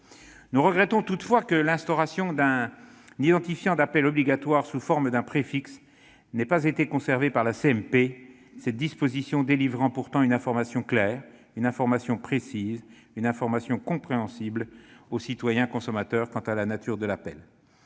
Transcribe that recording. Nous regrettons toutefois que l'instauration d'un identifiant d'appel obligatoire, sous forme d'un préfixe, n'ait pas été conservée par la CMP, cette disposition délivrant pourtant une information claire, précise et compréhensible au citoyen consommateur quant à la nature de l'appel.